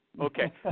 Okay